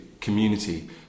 community